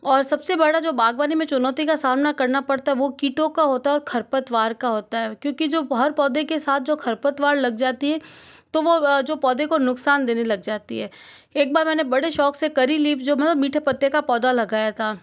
और सबसे बड़ा जो बागबानी में चुनौती का सामना करना पड़ता है वो कीटों का होता है और खरपतवार का होता है क्योंकि जो हर पौधे के साथ जो खरपतवार लग जाती है तो वह जो पौधे को नुकसान देने लग जाती है एक बार मैंने बड़े शौक से करी लिव्स जो मीठे पत्ते का पौधा लगाया था